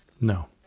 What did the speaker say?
no